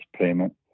payment